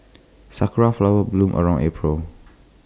Sakura Flowers bloom around April